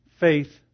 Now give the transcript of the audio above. faith